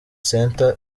center